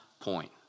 point